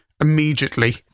immediately